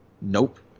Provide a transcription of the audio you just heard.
Nope